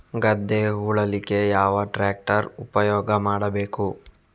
ಗದ್ದೆ ಉಳಲಿಕ್ಕೆ ಯಾವ ಟ್ರ್ಯಾಕ್ಟರ್ ಉಪಯೋಗ ಮಾಡಬೇಕು?